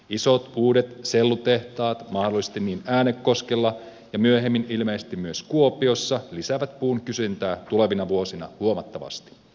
isot uudet sellutehtaat mahdollisesti niin äänekoskella kuin myöhemmin ilmeisesti myös kuopiossa lisäävät puun kysyntää tulevina vuosina huomattavasti